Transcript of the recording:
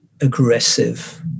aggressive